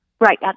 Right